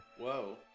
Whoa